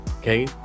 okay